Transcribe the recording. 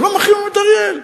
הם המחרימים את אריאל?